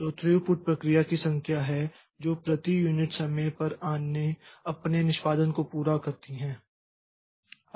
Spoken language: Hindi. तो थ्रूपुट प्रक्रिया की संख्या है जो प्रति यूनिट समय पर अपने निष्पादन को पूरा करती है